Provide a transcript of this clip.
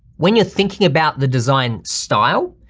when you're thinking about the design style,